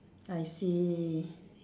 I see